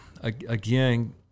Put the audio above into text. again